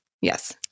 Yes